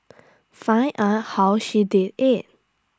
find out how she did IT